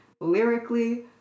lyrically